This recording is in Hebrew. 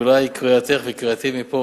אולי קריאתך וקריאתי מפה,